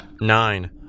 Nine